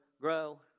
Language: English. grow